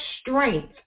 strength